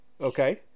Okay